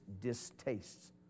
distastes